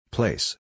Place